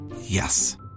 Yes